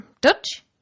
Dutch